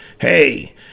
hey